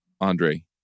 Andre